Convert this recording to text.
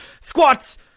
squats